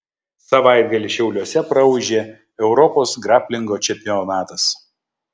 savaitgalį šiauliuose praūžė europos graplingo čempionatas